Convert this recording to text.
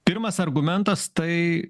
pirmas argumentas tai